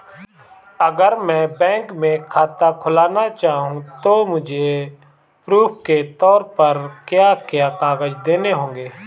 अगर मैं बैंक में खाता खुलाना चाहूं तो मुझे प्रूफ़ के तौर पर क्या क्या कागज़ देने होंगे?